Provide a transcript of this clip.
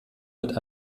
mit